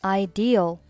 ideal